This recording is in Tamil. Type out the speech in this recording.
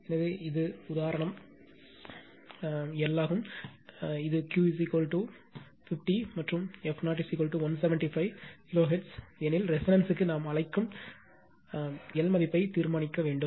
எனவே இது உதாரணம் L ஆகும் இது Q 50 மற்றும் f0 175 கிலோ ஹெர்ட்ஸ் எனில் ரெசோனன்ஸ் க்கு நாம் அழைக்கும் எல் மதிப்பை தீர்மானிக்க வேண்டும்